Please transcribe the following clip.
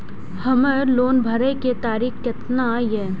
हमर लोन भरे के तारीख केतना ये?